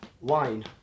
Wine